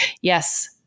Yes